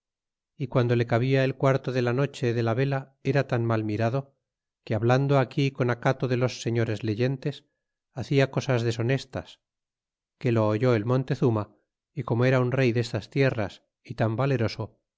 y guando le rabia el quarto de la noche de la vela era tan mal mirado que hablando aquí con acato de los señores leyentes hacia cosas deshonestas que lo oyó el montezuma é como era un rey destas tierras y tan valeroso